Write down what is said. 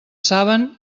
saben